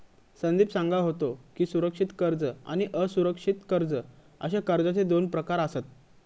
संदीप सांगा होतो की, सुरक्षित कर्ज आणि असुरक्षित कर्ज अशे कर्जाचे दोन प्रकार आसत